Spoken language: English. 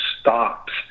stops